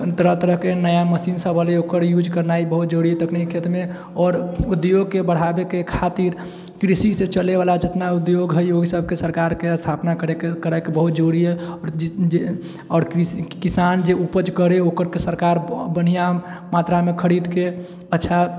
तरह तरहके नया मशीन सब एलेैहँ ओकर यूज करनाइ बहुत जरुरी है तखनि खेतमे आओर उद्योगके बढ़ाबैके खातिर कृषिसँ चलैवला जितना उद्योग है ओहि सबके सरकारके स्थापना करैके करैके बहुत जरुरी है आओर किसान जे उपज करै ओकर सरकार बढ़िआँ मात्रामे खरीदके अच्छा